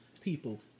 people